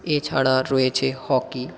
এছাড়া রয়েছে হকি